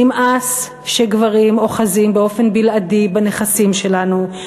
נמאס שגברים אוחזים באופן בלעדי בנכסים שלנו,